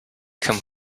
come